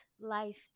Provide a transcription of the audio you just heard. life